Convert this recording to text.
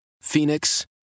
Phoenix